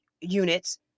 units